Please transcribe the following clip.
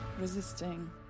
resisting